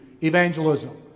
evangelism